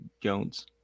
Jones